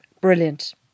brilliant